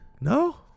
no